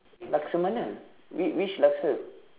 laksa mana which which laksa